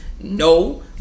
No